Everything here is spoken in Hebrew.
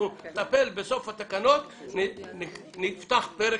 בסוף התקנות נפתח פרק,